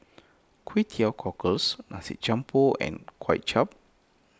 Kway Teow Cockles Nasi Campur and Kway Chap